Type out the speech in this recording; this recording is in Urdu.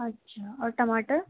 اچھا اور ٹماٹر